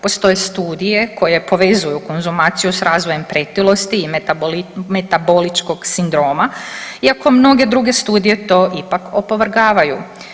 Postoje studije koje povezuju konzumacije s razvojem pretilosti i metaboličkog sindroma, iako mnoge druge studije to ipak opovrgavaju.